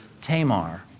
Tamar